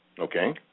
Okay